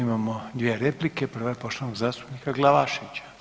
Imamo dvije replike, prva je poštovanog zastupnika Glavaševića.